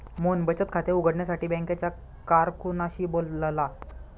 मोहन बचत खाते उघडण्यासाठी बँकेच्या कारकुनाशी बोलला